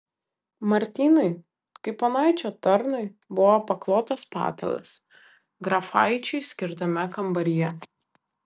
martynui kaip ponaičio tarnui buvo paklotas patalas grafaičiui skirtame kambaryje